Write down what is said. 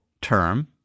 term